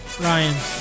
Ryan